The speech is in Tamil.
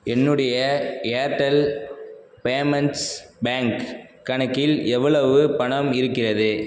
என்னுடைய ஏர்டெல் பேமெண்ட்ஸ் பேங்க் கணக்கில் எவ்வளவு பணம் இருக்கிறது